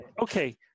Okay